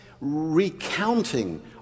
recounting